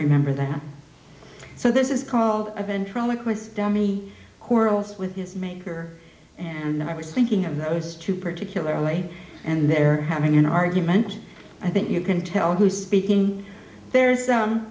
remember that so this is called a ventriloquist dummy coral's with his maker and i was thinking of those two particularly and they're having an argument i think you can tell who's speaking there